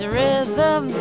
rhythm